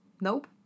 Nope